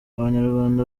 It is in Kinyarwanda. abanyarwanda